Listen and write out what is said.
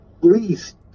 please